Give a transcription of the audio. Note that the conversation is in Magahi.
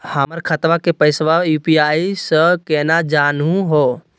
हमर खतवा के पैसवा यू.पी.आई स केना जानहु हो?